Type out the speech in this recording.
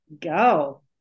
Go